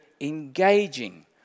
engaging